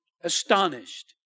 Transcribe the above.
astonished